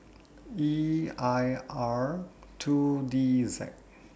E I R two D Z